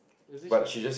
isn't she like